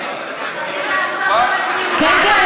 כן, כן.